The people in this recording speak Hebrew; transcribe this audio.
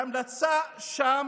ההמלצה שם,